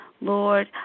Lord